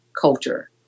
culture